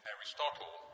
Aristotle